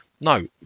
no